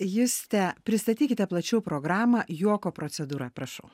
juste pristatykite plačiau programą juoko procedūra prašau